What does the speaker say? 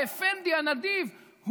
האפנדי הנדיב,